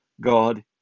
God